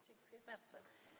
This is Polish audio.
Dziękuję bardzo.